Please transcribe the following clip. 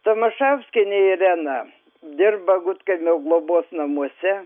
tamašauskienė irena dirba gudkaimio globos namuose